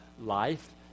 life